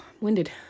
winded